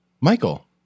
Michael